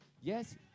Yes